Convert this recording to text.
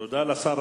תודה לשר.